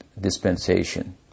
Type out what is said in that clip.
dispensation